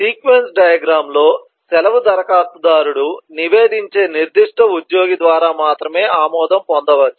sequence diagram లో సెలవు దరఖాస్తుదారుడు నివేదించే నిర్దిష్ట ఉద్యోగి ద్వారా మాత్రమే ఆమోదం పొందవచ్చు